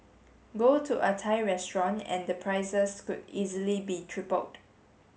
go to a Thai restaurant and the prices could easily be tripled